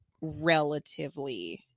relatively